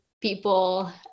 people